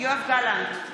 יואב גלנט,